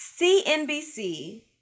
CNBC